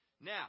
Now